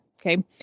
okay